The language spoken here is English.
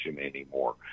anymore